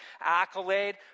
accolade